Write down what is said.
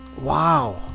wow